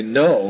no